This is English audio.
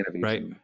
right